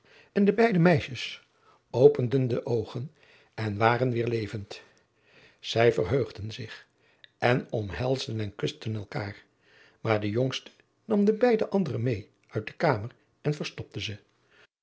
en de beide meisjes openden de oogen en waren weêr levend zij verheugden zich en omhelsden en kusten elkaâr maar de jongste nam de beide andere meê uit de kamer en verstopte ze